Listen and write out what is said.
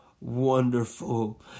wonderful